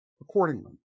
accordingly